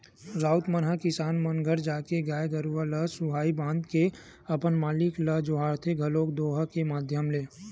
राउत मन ह किसान मन घर जाके गाय गरुवा ल सुहाई बांध के अपन मालिक ल जोहारथे घलोक दोहा के माधियम ले